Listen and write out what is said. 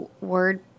word